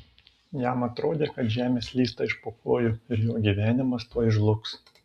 jam atrodė kad žemė slysta iš po kojų ir jo gyvenimas tuoj žlugs